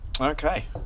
Okay